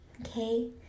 Okay